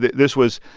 this was